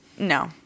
No